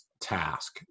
task